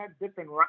different